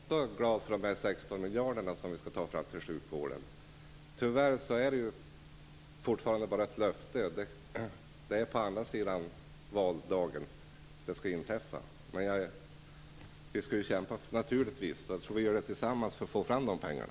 Fru talman! Jag är också glad för de 16 miljarderna som vi skall ta fram till sjukvården. Tyvärr är det fortfarande bara ett löfte, och det är efter valdagen som det skall infrias. Men vi skall naturligtvis kämpa tillsammans för att få fram pengarna.